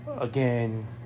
again